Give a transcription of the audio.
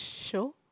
show